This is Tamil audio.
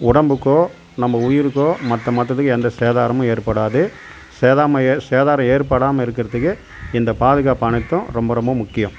உடம்புக்கோ நம்ம உயிருக்கோ மற்ற மற்றதுக்கு எந்த சேதாரமும் ஏற்படாது சேதாம எ சேதாரம் ஏற்படாமல் இருக்கிறத்துக்கு இந்த பாதுகாப்பு அனைத்தும் ரொம்ப ரொம்ப முக்கியம்